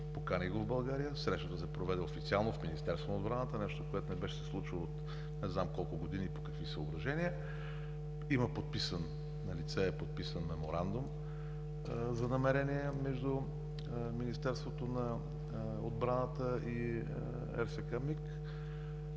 поканих го в България. Срещата се проведе официално в Министерството на отбраната – нещо, което не беше се случвало не знам от колко години и по какви съображения. Налице е подписан меморандум за намерения между Министерството на отбраната и РСК „МиГ“.